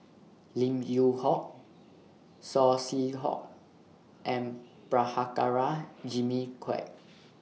Lim Yew Hock Saw Swee Hock and Prabhakara Jimmy Quek